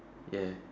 yes